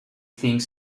think